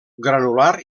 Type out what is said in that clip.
granular